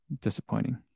disappointing